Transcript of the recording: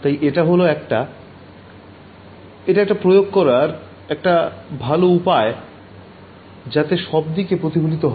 তাই এটা হল একটা এটা একটা প্রয়োগ করার একটা ভালো উপায় যাতে সব দিকে প্রতিফলন হয়